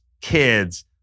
kids